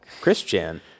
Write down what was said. Christian